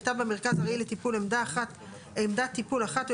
הייתה במרכז ארעי לטיפול עמדת טיפול אחת או